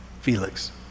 Felix